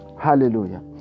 Hallelujah